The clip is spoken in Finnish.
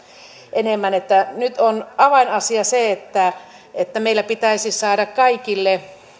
enemmän nyt on avainasia se että että meillä pitäisi saada kaikille